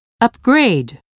upgrade